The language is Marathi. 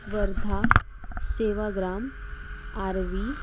वर्धा सेवाग्राम आरवी